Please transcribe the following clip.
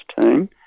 team